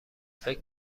فکر